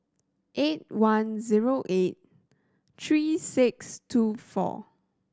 eight one zero eight three six two four